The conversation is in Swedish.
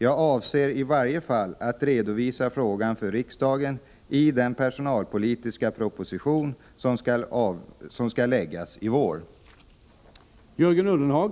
Jag avser i varje fall att redovisa frågan för riksdagen i den personalpolitiska proposition som skall läggas fram i vår.